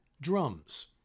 drums